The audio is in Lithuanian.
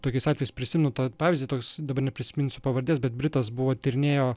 tokiais atvejais prisimenu tą pavyzdį toks dabar neprisiminsiu pavardės bet britas buvo tyrinėjo